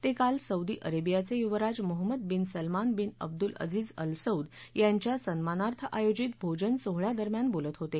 ते काल सौदी अरेबियाचे युवराज Mohammed bin Salman bin Abdulaziz al Saud यांच्या सन्मानार्थ आयोजित भोजनसोहळ्यादरम्यान बोलत होते